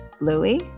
Louie